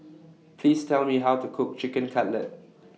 Please Tell Me How to Cook Chicken Cutlet